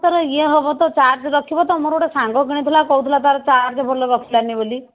sir ଇଏ ହେବ ତ ଚାର୍ଜ ରଖିବ ତ ମୋର ଗୋଟେ ସାଙ୍ଗ କିଣିଥିଲା କହୁଥିଲା ତା'ର ଚାର୍ଜ ଭଲ ରଖିଲାନି ବୋଲି